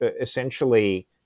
essentially